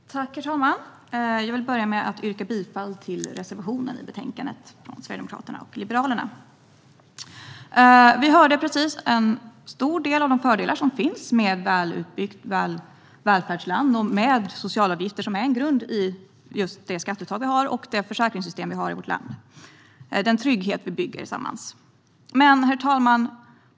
Herr talman! Jag vill börja med att yrka bifall till reservationen i betänkandet från Sverigedemokraterna och Liberalerna. Vi hörde just en stor del av de fördelar som finns med ett välutbyggt välfärdsland med socialavgifter som är en grund i just det skatteuttag som vi har och det försäkringssystem som vi har i vårt land. Det är en trygghet som vi bygger tillsammans. Herr talman!